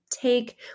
take